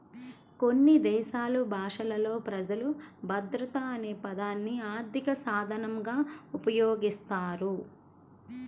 కొన్ని దేశాలు భాషలలో ప్రజలు భద్రత అనే పదాన్ని ఆర్థిక సాధనంగా ఉపయోగిస్తారు